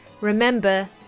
Remember